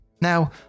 now